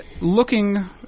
looking